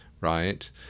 right